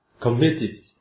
committed